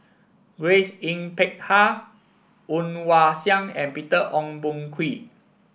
Grace Yin Peck Ha Woon Wah Siang and Peter Ong Boon Kwee